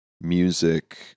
music